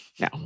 No